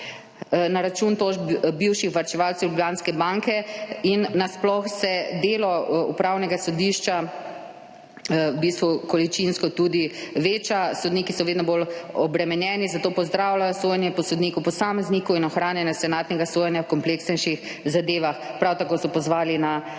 na račun tožb bivših varčevalcev Ljubljanske banke. In nasploh se delo Upravnega sodišča količinsko veča, sodniki so vedno bolj obremenjeni, zato pozdravljajo sojenje po sodniku posamezniku in ohranjanje senatnega sojenja v kompleksnejših zadevah. Prav tako so pozvali k takojšnjemu